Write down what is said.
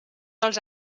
dels